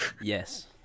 Yes